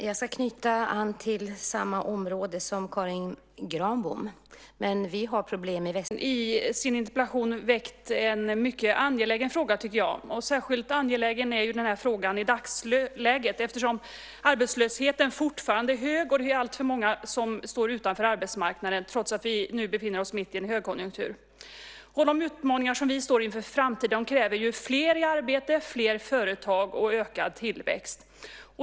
Fru talman! Karin Granbom har i sin interpellation väckt en mycket angelägen fråga. Särskilt angelägen är frågan i dagsläget eftersom arbetslösheten fortfarande är hög. Alltför många står utanför arbetsmarknaden trots att vi nu befinner oss mitt i en högkonjunktur. De utmaningar vi står inför i framtiden kräver fler i arbete, fler företag och ökad tillväxt.